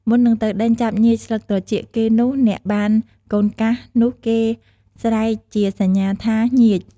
មុននឹងទៅដេញចាប់ញៀចស្លឹកត្រចៀកគេនោះ អ្នកបាន "កូនកាស" នោះគេស្រែកជាសញ្ញាថា "ញៀច!"។